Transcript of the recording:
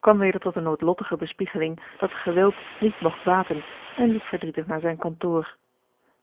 kwam weder tot de noodlottige bespiegeling dat geweld niet mogt baten en liep verdrietig naar zijn kantoor